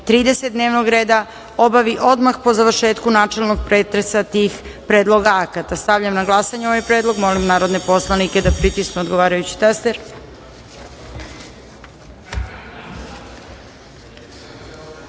30. dnevnog reda, obavi odmah po završetku načelnog pretresa tih Predloga